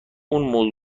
اون